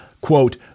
quote